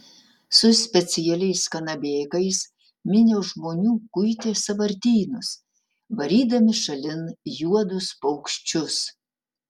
su specialiais kanabėkais minios žmonių kuitė sąvartynus varydami šalin juodus paukščius